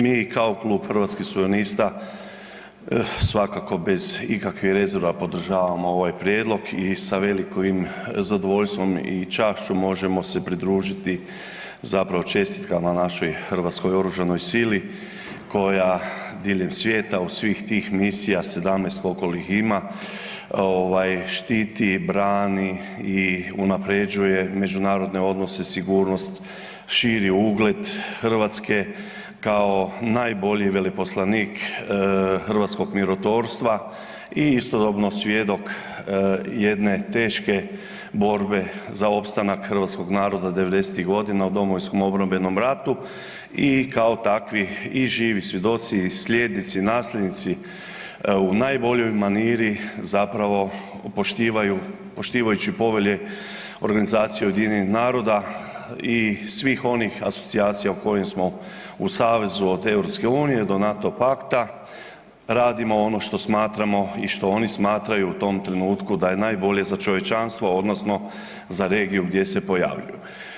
Mi kao Klub Hrvatskih suverenista svakako bez ikakvih rezerva podržavamo ovaj prijedlog i sa velikim zadovoljstvom i čašću možemo se pridružiti zapravo čestitkama našoj hrvatskoj oružanoj sili koja diljem svijeta u svih tih misija, 17 koliko li ih ima, štiti i brani i unaprjeđuje međunarodne odnose, sigurnost, širi ugled Hrvatske kao najbolji veleposlanik hrvatskog mirotvorstva i istodobno svjedok jedne teške borbe za opstanak Hrvatskog naroda 90-tih godina u Domovinskom obrambenom ratu i kao takvi i živi svjedoci, slijednici, nasljednici u najboljoj maniri zapravo poštivajući Povelje Organizacije ujedinjenih naroda i svih onih asocijacija u kojima smo u savezu od Europske unije do NATO Pakta radimo ono što smatramo i što oni smatraju u tom trenutku da je najbolje za čovječanstvo odnosno za regiju gdje se pojavljuju.